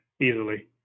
easily